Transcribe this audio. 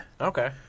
Okay